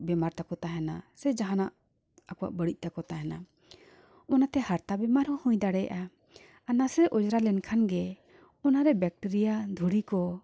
ᱵᱮᱢᱟᱨ ᱛᱟᱠᱚ ᱛᱟᱦᱮᱱᱟ ᱥᱮ ᱡᱟᱦᱟᱱᱟᱜ ᱟᱠᱚᱣᱟᱜ ᱵᱟᱹᱲᱤᱡ ᱛᱟᱠᱚ ᱛᱟᱦᱮᱱᱟ ᱚᱱᱟᱛᱮ ᱦᱟᱨᱛᱟ ᱵᱮᱢᱟᱨ ᱦᱚᱸ ᱦᱩᱭ ᱫᱟᱲᱮᱭᱟᱜᱼᱟ ᱟᱨ ᱱᱟᱥᱮ ᱚᱸᱡᱨᱟ ᱞᱮᱱᱠᱷᱟᱱ ᱜᱮ ᱚᱱᱟᱨᱮ ᱵᱮᱠᱴᱮᱨᱤᱭᱟ ᱫᱷᱩᱲᱤ ᱠᱚ